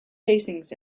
facings